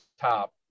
top